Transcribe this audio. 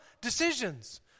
Decisions